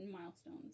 milestones